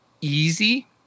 easy